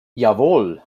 jawohl